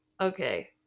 Okay